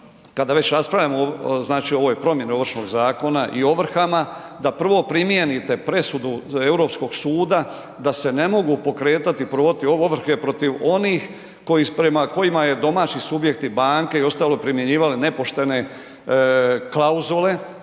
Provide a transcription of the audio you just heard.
kada već raspravljamo znači o ovoj promjeni Ovršnog zakona i ovrhama da prvo primijenite presudu Europskog suda da se ne mogu pokretati ovrhe protiv onih koji, prema kojima je domaći subjekti, banke i ostalo primjenjivali nepoštene klauzule